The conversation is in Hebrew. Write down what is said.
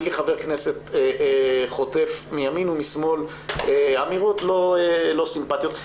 כחבר כנסת חוטף מימין ומשמאל אמירות לא סימפטיות.